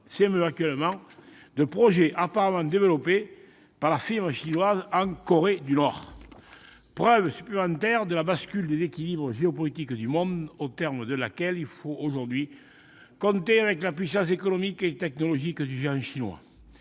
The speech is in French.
s'émeut actuellement de projets apparemment développés par la firme chinoise en Corée du Nord. Preuve supplémentaire de la bascule des équilibres géopolitiques du monde au terme de laquelle il faut aujourd'hui compter avec la puissance économique et technologique du géant chinois.